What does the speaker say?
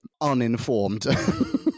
uninformed